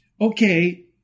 okay